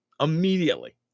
immediately